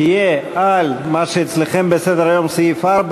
תהיה על מה שאצלכם בסדר-היום סעיף 4: